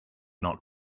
not